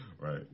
right